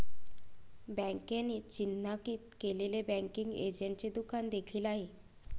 बँकेने चिन्हांकित केलेले बँकिंग एजंटचे दुकान देखील आहे